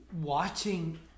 watching